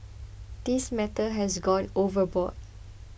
this matter has gone overboard